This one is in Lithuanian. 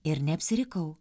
ir neapsirikau